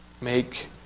make